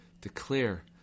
Declare